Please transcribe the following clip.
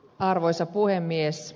arvoisa puhemies